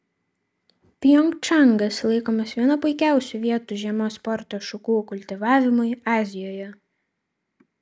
pjongčangas laikomas viena puikiausių vietų žiemos sporto šakų kultivavimui azijoje